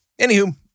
Anywho